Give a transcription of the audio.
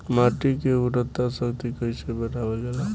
माटी के उर्वता शक्ति कइसे बढ़ावल जाला?